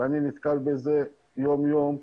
ואני נתקל בזה יום יום.